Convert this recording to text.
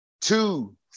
two